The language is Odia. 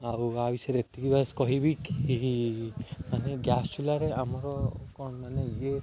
ଆଉ ଆଉ ବି ଏତିକି ବାସ୍ କହିବି କି ମାନେ ଗ୍ୟାସ୍ ଚୂଲାରେ ଆମର କ'ଣ ମାନେ ଇଏ